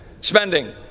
spending